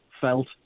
felt